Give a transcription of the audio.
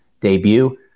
debut